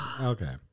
Okay